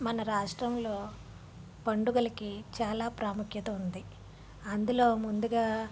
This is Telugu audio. మన రాష్ట్రంలో పండుగలకి చాలా ప్రాముఖ్యత ఉంది అందులో ముందుగా